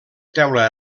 teula